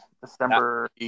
December